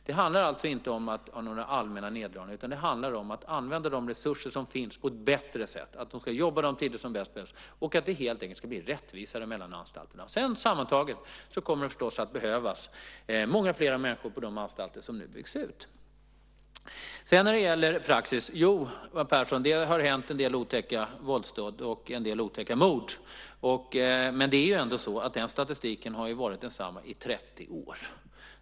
Det handlar alltså inte om några allmänna neddragningar utan om att använda de resurser som finns på ett bättre sätt, att man ska jobba på de tider då man bäst behövs och att det helt enkelt ska bli mer rättvist mellan anstalterna. Det kommer naturligtvis att behövas många fler människor på de anstalter som nu byggs ut. När det gäller praxis vill jag säga att det har hänt en del otäcka våldsdåd och en del otäcka mord. Den statistiken har varit densamma i 30 år.